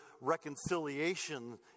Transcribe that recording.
reconciliation